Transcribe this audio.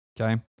Okay